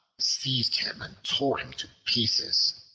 seized him and tore him to pieces.